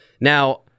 now